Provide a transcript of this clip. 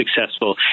successful